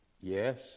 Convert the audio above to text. Yes